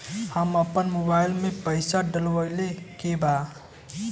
हम आपन मोबाइल में पैसा डलवावे के बा?